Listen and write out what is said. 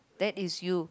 that is you